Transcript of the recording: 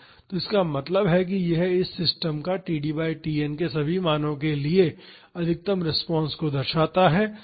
तो इसका मतलब है यह इस सिस्टम का td बाई Tn के सभी मानो के लिए अधिकतम रिस्पांस को दर्शाता है